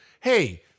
Hey